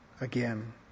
again